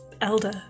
elder